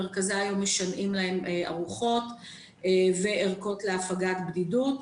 מרכזי היום משנעים להם ארוחות וערכות להפגת בדידות.